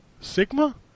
Sigma